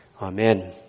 Amen